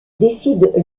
décide